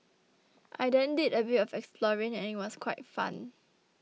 I then did a bit of exploring and it was quite fun